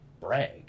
brag